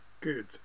Good